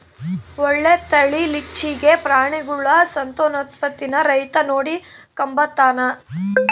ಒಳ್ಳೆ ತಳೀಲಿಚ್ಚೆಗೆ ಪ್ರಾಣಿಗುಳ ಸಂತಾನೋತ್ಪತ್ತೀನ ರೈತ ನೋಡಿಕಂಬತಾನ